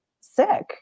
sick